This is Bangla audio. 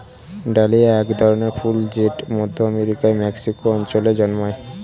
ডালিয়া এক ধরনের ফুল জেট মধ্য আমেরিকার মেক্সিকো অঞ্চলে জন্মায়